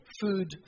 Food